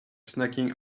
snacking